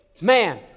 man